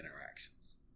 interactions